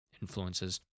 influences